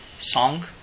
song